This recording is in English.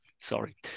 Sorry